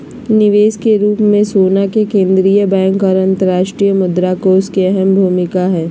निवेश के रूप मे सोना मे केंद्रीय बैंक आर अंतर्राष्ट्रीय मुद्रा कोष के अहम भूमिका हय